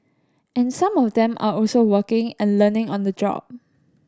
and some of them are also working and learning on the job